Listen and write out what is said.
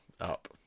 Up